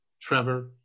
trevor